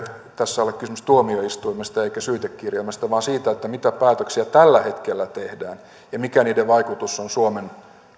tässä ole kysymys tuomioistuimesta eikä syytekirjelmästä vaan siitä mitä päätöksiä tällä hetkellä tehdään ja mikä niiden vaikutus on suomen